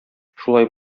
шулай